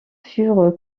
furent